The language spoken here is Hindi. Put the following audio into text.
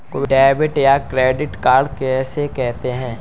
डेबिट या क्रेडिट कार्ड किसे कहते हैं?